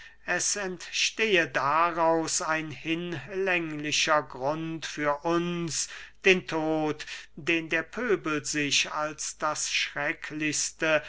es entstehe daraus ein hinlänglicher grund für uns den tod den der pöbel sich als das schrecklichste